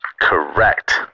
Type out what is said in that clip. Correct